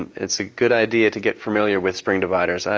it's a good idea to get familiar with spring dividers.